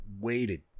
waited